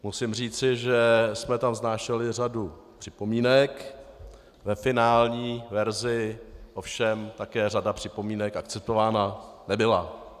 Musím říci, že jsme tam vznášeli řadu připomínek, ve finální verzi ovšem také řada připomínek akceptována nebyla.